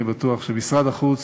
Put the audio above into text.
אני בטוח שמשרד החוץ